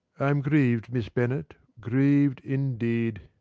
i am grieved, miss bennet. grieved indeed!